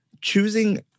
choosing